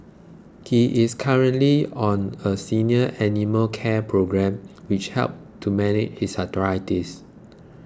he is currently on a senior animal care programme which helps to manage his arthritis